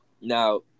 Now